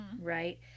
right